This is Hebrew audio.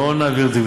לא נעביר את זה,